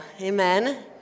amen